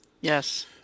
Yes